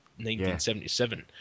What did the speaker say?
1977